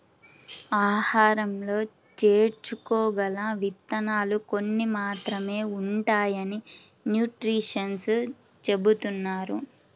ఆహారంలో చేర్చుకోగల విత్తనాలు కొన్ని మాత్రమే ఉంటాయని న్యూట్రిషన్స్ చెబుతున్నారు